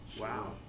wow